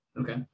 okay